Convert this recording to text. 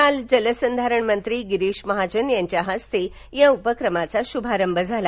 काल जलसंधारणमंत्री गिरिश महाजन यांच्या हस्ते या उपक्रमाचा शुभारंभ झाला